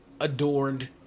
adorned